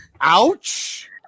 Ouch